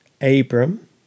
Abram